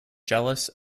jealous